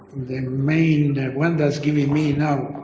the main and one that's giving me now,